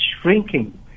shrinking